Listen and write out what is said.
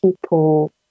people